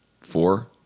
Four